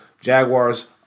Jaguars